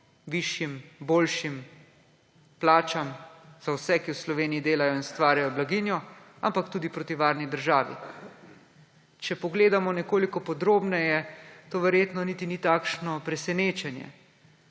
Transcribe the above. višjim, boljšim plačam za vse, ki v Sloveniji delajo in ustvarjajo blaginjo, ampak tudi proti varni državi. Če pogledamo nekoliko podrobneje, to verjetno niti ni takšno presenečenje.